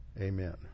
Amen